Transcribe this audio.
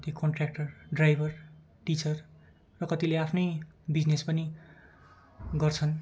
कति contractor driver teacher र कतिले आफ्नै बिजनेस पनि गर्छन्